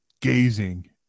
gazing